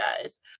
Guys